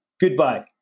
Goodbye